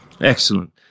Excellent